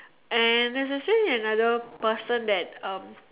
and there's actually another person that um